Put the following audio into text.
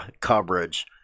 coverage